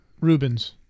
Rubens